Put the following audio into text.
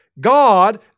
God